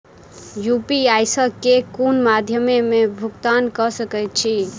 UPI सऽ केँ कुन मध्यमे मे भुगतान कऽ सकय छी?